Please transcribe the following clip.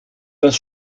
das